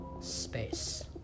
Space